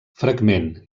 fragment